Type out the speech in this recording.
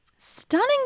Stunning